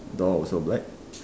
door also black